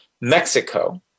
Mexico